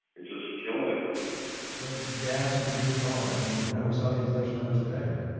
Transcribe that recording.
it's just killing everybody like gas and food and all that? i mean, we you know we saw the inflation numbers today, right?